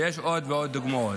ויש עוד ועוד דוגמאות.